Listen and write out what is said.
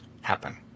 happen